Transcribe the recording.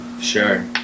Sure